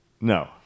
no